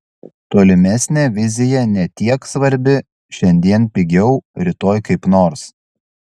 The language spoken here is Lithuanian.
tolimesnė vizija ne tiek svarbi šiandien pigiau rytoj kaip nors